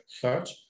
search